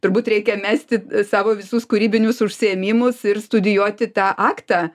turbūt reikia mesti savo visus kūrybinius užsiėmimus ir studijuoti tą aktą